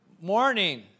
morning